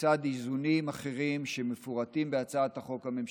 לצד איזונים אחרים שמפורטים בהצעת החוק הממשלתית.